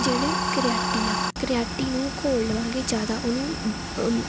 ਜਿਹੜੇ ਕਰਿਆਟੀ ਆ ਕਰਿਆਟੀ ਨੂੰ ਘੋਲ ਲਵਾਂਗੇ ਜ਼ਿਆਦਾ ਉਹਨੂੰ